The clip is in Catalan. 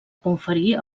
conferir